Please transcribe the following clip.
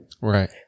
Right